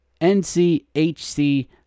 NCHC